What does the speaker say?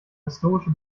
historische